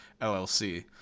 LLC